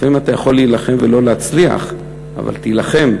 לפעמים אתה יכול להילחם ולא להצליח, אבל תילחם.